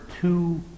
two